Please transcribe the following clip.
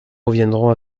reviendrons